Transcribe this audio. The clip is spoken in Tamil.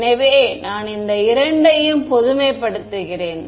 எனவே நான் இந்த இரண்டையும் பொதுமைப்படுத்துகிறேன்